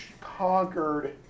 conquered